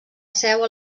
seu